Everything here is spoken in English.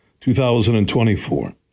2024